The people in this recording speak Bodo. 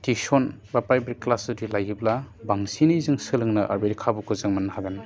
टिउसन बा प्राइभेट क्लास जुदि लायोब्ला बांसिनै जों सोलोंनो आरो बेबायदि खाबुखौ जों मोन्नो हागोन